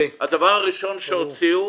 הדבר הראשון שהוציאו,